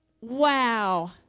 wow